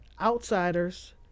outsiders